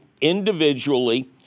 individually